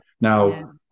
Now